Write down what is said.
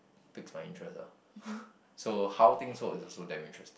piques my interest ah so how things work is also damn interesting